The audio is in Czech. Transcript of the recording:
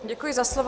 Děkuji za slovo.